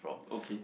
okay